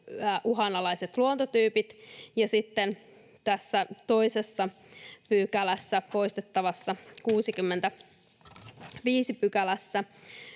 uhanalaiset luontotyypit, ja sitten tämä toinen pykälä, poistettava 65 §, siis